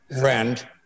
friend